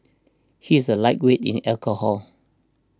he is a lightweight in alcohol